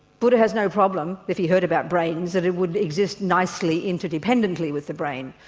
buddha has no problem if he heard about brains that it would exist nicely inter-dependently with the brain.